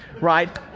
right